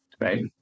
right